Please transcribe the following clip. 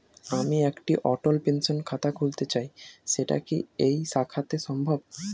আমি একটি অটল পেনশন খাতা খুলতে চাই সেটা কি এই শাখাতে সম্ভব?